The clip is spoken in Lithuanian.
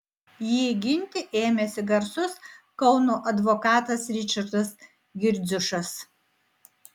jį ginti ėmėsi garsus kauno advokatas ričardas girdziušas